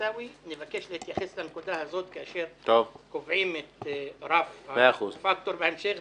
עיסאווי נבקש להתייחס לנקודה הזאת כאשר קובעים את רף הפקטור בהמשך.